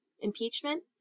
Impeachment